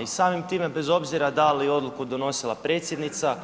I samim time bez obzira da li odluku donosila predsjednica,